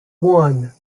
one